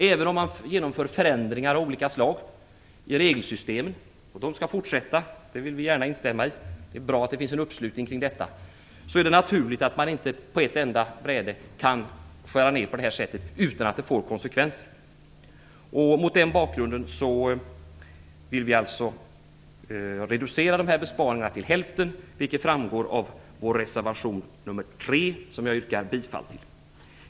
Även om man genomför förändringar av olika slag i regelsystemet - de skall fortsätta, det vill vi gärna instämma i, det är bra att det finns en uppslutning kring detta - är det naturligt att man inte kan på ett enda bräde skära ned på det här sättet utan att det får konsekvenser. Mot den bakgrunden vill vi reducera dessa besparingar till hälften, vilket framgår av vår reservation 3 som jag yrkar bifall till.